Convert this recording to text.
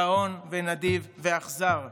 גאון ונדיב ואכזר,